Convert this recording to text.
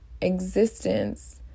existence